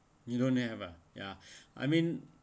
you don't have ah ya I mean